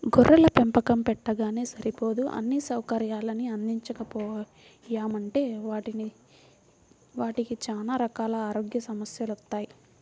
గొర్రెల పెంపకం పెట్టగానే సరిపోదు అన్నీ సౌకర్యాల్ని అందించకపోయామంటే వాటికి చానా రకాల ఆరోగ్య సమస్యెలొత్తయ్